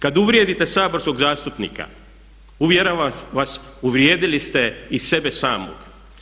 Kad uvrijedite saborskog zastupnika, uvjeravam vas uvrijedili ste i sebe samog.